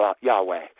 Yahweh